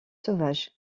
sauvage